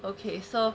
okay so